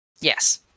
Yes